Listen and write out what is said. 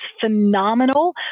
phenomenal